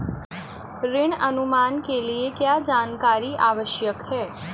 ऋण अनुमान के लिए क्या जानकारी आवश्यक है?